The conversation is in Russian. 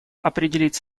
определять